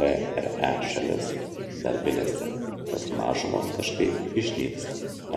vre šalis dar viliasi kad mažumos kažkaip išnyks